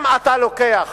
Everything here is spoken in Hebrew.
אם אתה לוקח